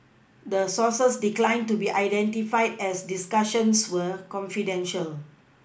the sources declined to be identified as the discussions were confidential